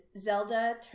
Zelda